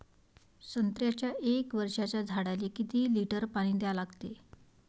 संत्र्याच्या एक वर्षाच्या झाडाले किती लिटर पाणी द्या लागते?